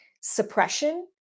suppression